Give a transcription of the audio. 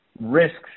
risks